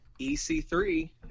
EC3